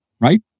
Right